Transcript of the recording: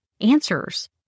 answers